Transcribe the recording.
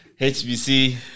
HBC